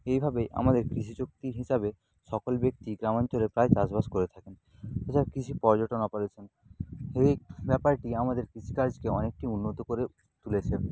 এইভাবে আমাদের কৃষি চুক্তি হিসাবে সকল ব্যক্তি গ্রামাঞ্চলে প্রায়ই চাষবাস করে থাকেন এছাড়াও কৃষি পর্যটন অপারেশান এই ব্যাপারটি আমাদের কৃষিকাজকে অনেকটি উন্নত করে তুলেছে